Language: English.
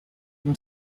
from